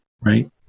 right